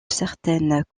certaines